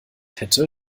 hätte